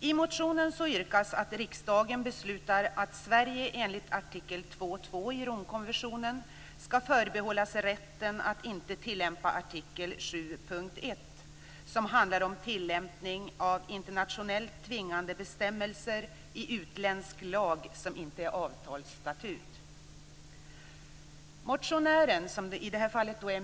I motionen yrkas att riksdagen beslutar att Sverige enligt artikel 2.2 i Romkonventionen skall förbehålla sig rätten att inte tillämpa artikel 7.1, som handlar om tillämpning av internationellt tvingande bestämmelser i utländsk lag som inte är avtalsstatut.